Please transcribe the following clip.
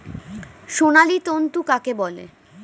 সোনালী তন্তু কাকে বলে?